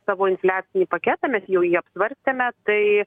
savo infliacinį paketą mes jau jį apsvarstėme tai